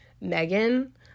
Megan